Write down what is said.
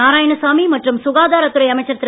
நாராயணசாமி மற்றும் சுகாதாரத் துறை அமைச்சர் திரு